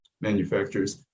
manufacturers